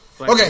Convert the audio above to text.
Okay